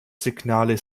signale